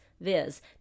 viz